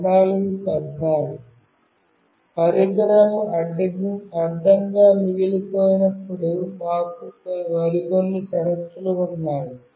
పరికరం హారిజాంటల్ గా మిగిలిపోయినప్పుడు మాకు మరికొన్ని షరతులు ఉన్నాయి